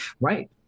Right